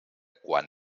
quan